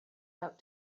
out